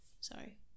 sorry